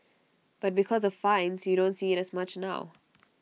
but because of fines you don't see IT as much now